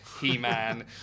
He-Man